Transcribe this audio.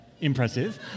Impressive